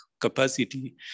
capacity